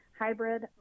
hybrid